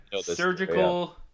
surgical